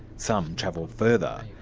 some travel further.